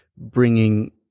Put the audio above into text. bringing